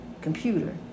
computer